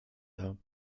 dar